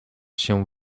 się